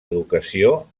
educació